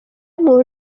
মোৰ